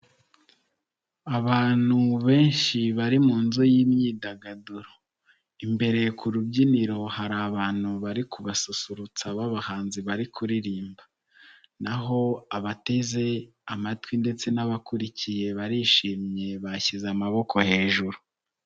Abantu benshi bari mu nzu y'imyidagaduro, imbere ku rubyiniro hari abantu bari kubasusurutsa b'abahanzi bari kuririmba, na ho abateze amatwi ndetse n'abakurikiye barishimye bashyize amaboko hejuru.